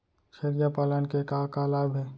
छेरिया पालन के का का लाभ हे?